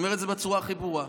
אני אומר את זה בצורה הכי ברורה.